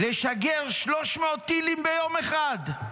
לשגר 300 טילים ביום אחד,